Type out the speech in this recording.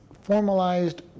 formalized